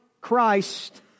Christ